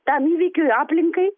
tam įvykiui aplinkai